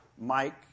Mike